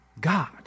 God